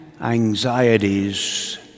anxieties